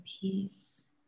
peace